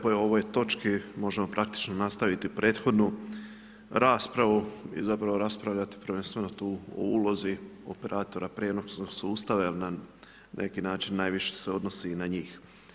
Po ovoj točki možemo praktički nastaviti prethodnu raspravu i zapravo raspravljati prvenstveno tu o ulozi operatora prijenosnog sustava jer na neki način najviše se odnosi i na njih.